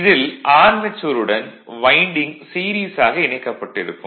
இதில் ஆர்மெச்சூருடன் winding series ஆக இணைக்கப்பட்டு இருக்கும்